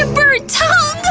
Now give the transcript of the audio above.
ah burt tongue!